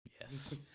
yes